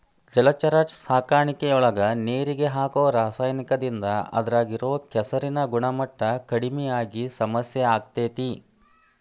ಜಲಚರ ಸಾಕಾಣಿಕೆಯೊಳಗ ನೇರಿಗೆ ಹಾಕೋ ರಾಸಾಯನಿಕದಿಂದ ಅದ್ರಾಗ ಇರೋ ಕೆಸರಿನ ಗುಣಮಟ್ಟ ಕಡಿಮಿ ಆಗಿ ಸಮಸ್ಯೆ ಆಗ್ತೇತಿ